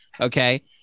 Okay